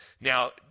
Now